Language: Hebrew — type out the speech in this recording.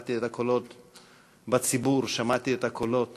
שמעתי את הקולות בציבור, שמעתי את הקולות